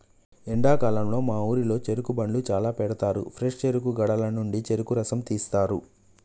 ఎండాకాలంలో మా ఊరిలో చెరుకు బండ్లు చాల పెడతారు ఫ్రెష్ చెరుకు గడల నుండి చెరుకు రసం తీస్తారు